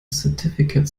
certificate